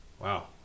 Wow